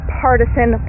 partisan